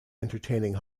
entertaining